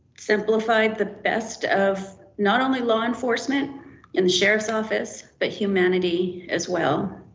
exemplified the best of not only law enforcement and the sheriff's office, but humanity as well.